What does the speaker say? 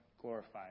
glorified